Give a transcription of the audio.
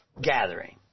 gathering